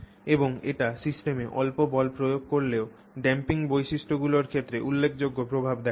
এবং এটি সিস্টেমে অল্প বল প্রয়োগ করলেও ড্যাম্পিং বৈশিষ্ট্যগুলির ক্ষেত্রে উল্লেখযোগ্য প্রভাব দেখায়